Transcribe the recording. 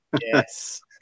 Yes